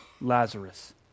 Lazarus